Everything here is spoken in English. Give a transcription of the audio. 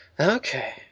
okay